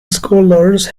scholars